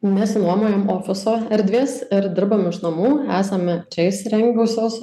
nesinuomojam ofiso erdvės ir dirbam iš namų esame čia įsirengusios